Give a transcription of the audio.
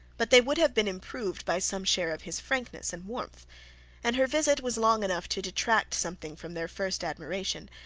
but they would have been improved by some share of his frankness and warmth and her visit was long enough to detract something from their first admiration,